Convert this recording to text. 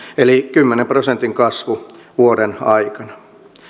eli kymmenen prosentin kasvu vuoden aikana